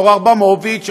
או אברמוביץ,